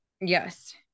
yes